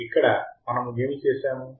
కాబట్టి ఇక్కడ మనము ఏమి చేశాము